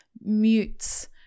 mutes